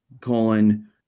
colon